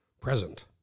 present